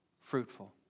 fruitful